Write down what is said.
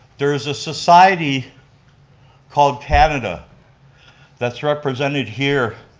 there's a society called canada that's represented here